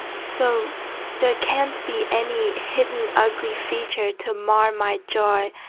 so there can't be any hidden ugly feature to mar my joy.